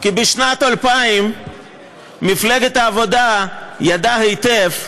בשנת 2000 מפלגת העבודה ידעה היטב,